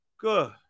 Good